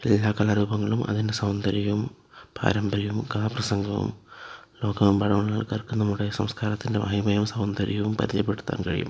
എല്ലാ കലാ രൂപങ്ങളും അതിൻ്റെ സൗന്ദര്യം പാരമ്പര്യവും കഥാ പ്രസംഗവും നോക്കാം പഴമയുള്ള ആൾക്കാർക്ക് നമ്മുടെ സംസ്കാരത്തിൻ്റെ മഹിമയും സൗന്ദര്യവും പരിചയപ്പെടുത്താൻ കഴിയും